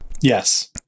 Yes